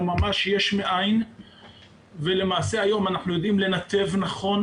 ממש יש מאין והיום אנחנו יודעים לנתב נכון